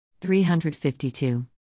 352